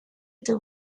their